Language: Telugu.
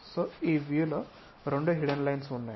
సొ ఈ వ్యూ లో రెండు హిడెన్ లైన్స్ ఉన్నాయి